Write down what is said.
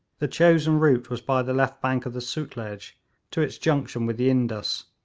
the chosen route was by the left bank of the sutlej to its junction with the indus,